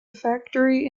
factory